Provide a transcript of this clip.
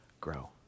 grow